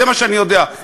זה מה שאני יודע.